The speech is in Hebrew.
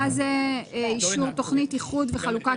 מה זה אישור תוכנית איחוד וחלוקה